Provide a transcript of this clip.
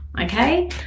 okay